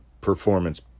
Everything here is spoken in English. performance